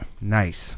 Nice